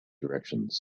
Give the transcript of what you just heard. directions